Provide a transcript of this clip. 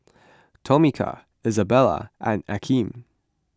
Tomika Isabella and Akeem